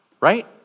right